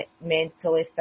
mentally